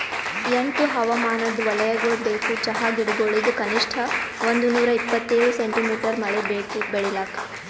ಎಂಟು ಹವಾಮಾನದ್ ವಲಯಗೊಳ್ ಬೇಕು ಚಹಾ ಗಿಡಗೊಳಿಗ್ ಕನಿಷ್ಠ ಒಂದುನೂರ ಇಪ್ಪತ್ತೇಳು ಸೆಂಟಿಮೀಟರ್ ಮಳೆ ಬೇಕು ಬೆಳಿಲಾಕ್